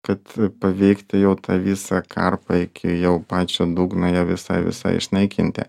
kad paveikti jau tą visą karpą iki jau pačio dugno ją visai visai išnaikinti